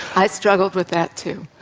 i struggled with that too.